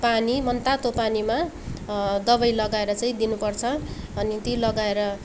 पानी मन तातो पानीमा दवाई लगाएर चाहिँ दिनुपर्छ अनि ती लगाएर